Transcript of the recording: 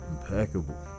Impeccable